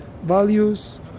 values